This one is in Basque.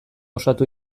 osatu